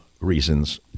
reasons